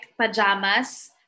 Pajamas